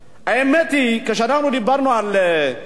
כשאנחנו דיברנו בוועדת הכספים על הכספים